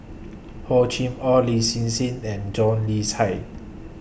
Hor Chim Or Lin Hsin Hsin and John Le Cain